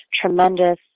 tremendous